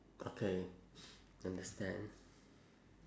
okay understand